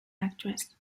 actress